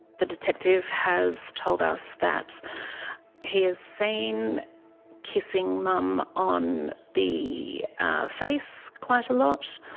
the detective has told us that he is seen kissing mum on the face quite a lot,